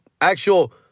actual